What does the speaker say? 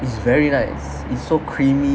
it's very nice it's so creamy